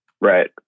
Right